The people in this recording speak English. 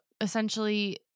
essentially